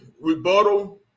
rebuttal